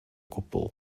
gwbl